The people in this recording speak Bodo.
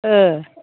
ओ